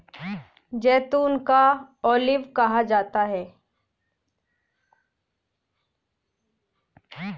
जैतून को ऑलिव कहा जाता है